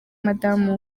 madamu